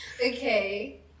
Okay